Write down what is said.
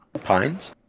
pines